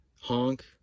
honk